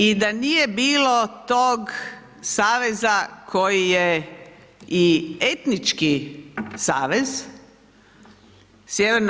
I da nije bilo tog saveza koji je i etnički savez, Sj.